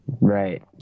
right